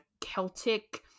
Celtic